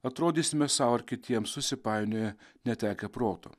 atrodysime sau ar kitiems susipainioję netekę proto